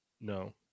no